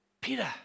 Peter